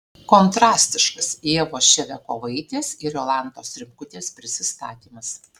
kontrastiškas ievos ševiakovaitės ir jolantos rimkutės prisistatymas